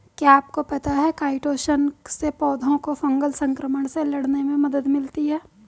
क्या आपको पता है काइटोसन से पौधों को फंगल संक्रमण से लड़ने में मदद मिलती है?